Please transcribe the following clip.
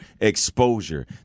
exposure